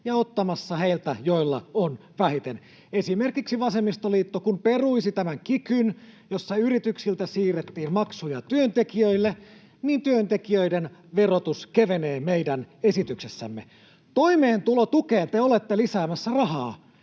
ja ottamassa heiltä, joilla on vähiten. Kun vasemmistoliitto esimerkiksi peruisi tämän kikyn, jossa yrityksiltä siirrettiin maksuja työntekijöille, niin työntekijöiden verotus kevenee meidän esityksessämme. Toimeentulotukeen te olette lisäämässä rahaa